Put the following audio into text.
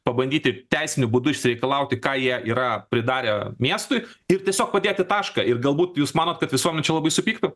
pabandyti teisiniu būdu išsireikalauti ką jie yra pridarę miestui ir tiesiog padėti tašką ir galbūt jūs manot kad visuomenė čia labai supyktų